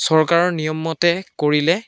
চৰকাৰৰ নিয়ম মতে কৰিলে